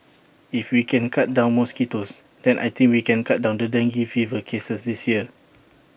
if we can cut down mosquitoes then I think we can cut down the dengue fever cases this year